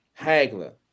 Hagler